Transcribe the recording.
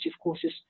courses